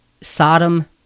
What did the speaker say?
Sodom